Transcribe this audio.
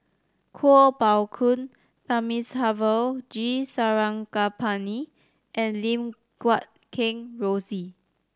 Kuo Pao Kun Thamizhavel G Sarangapani and Lim Guat Kheng Rosie